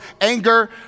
anger